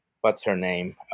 what's-her-name